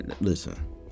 listen